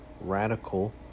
radical